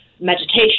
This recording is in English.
meditation